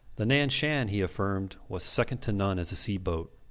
the nan-shan, he affirmed, was second to none as a sea-boat.